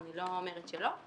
אני לא אומרת שלא.